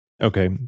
Okay